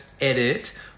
edit